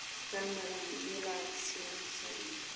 रङ्गमे रङ्ग मिलाय कऽ सीलहुँ सामान